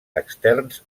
externs